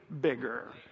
bigger